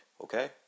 okay